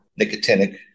nicotinic